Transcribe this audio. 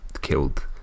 killed